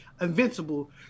Invincible